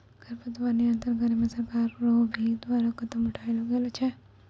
खरपतवार नियंत्रण करे मे सरकार रो भी द्वारा कदम उठैलो गेलो छै